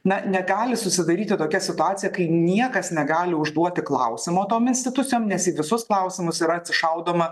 na negali susidaryti tokia situacija kai niekas negali užduoti klausimo tom institucijom nes į visus klausimus yra atsišaudoma